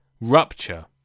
Rupture